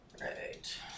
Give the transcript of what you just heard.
Right